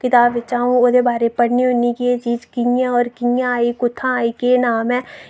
किताब बिचा आऊं ओह्दे बारे पढ़नी होन्नी कि एह् चीज कि'यां और कि'यां आई कुत्थां आई केह् नाम ऐ